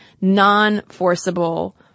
non-forcible